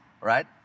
right